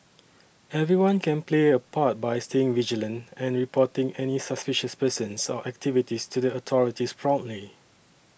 everyone can play a part by staying vigilant and reporting any suspicious persons or activities to the authorities promptly